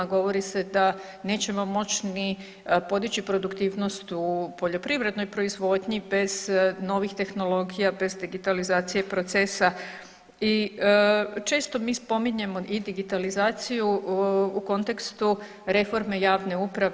Govori se da nećemo moći ni podići produktivnost u poljoprivrednoj proizvodnji bez novih tehnologija, bez digitalizacije procesa i često mi spominjemo i digitalizaciju u kontekstu reforme javne uprave.